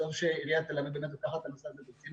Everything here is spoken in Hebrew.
טוב שעיריית ירושלים באמת לוקחת את הנושא הזה ברצינות,